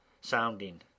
sounding